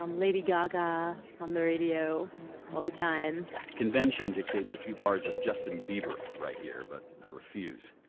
um lady gaga, on the radio all the time convention dictates a few bars of justin bieber right here, but i refuse.